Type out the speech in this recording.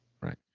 right